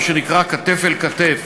מה שנקרא "כתף אל כתף",